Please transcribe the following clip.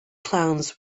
clowns